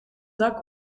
dak